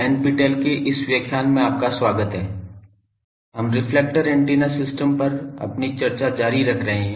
NPTEL के इस व्याख्यान में आपका स्वागत है हम रिफ्लेक्टर एंटीना सिस्टम पर अपनी चर्चा जारी रख रहे हैं